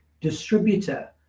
distributor